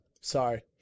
Sorry